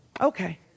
Okay